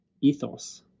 ethos